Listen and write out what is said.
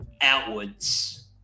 outwards